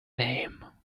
name